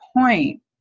point